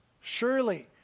Surely